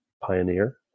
pioneer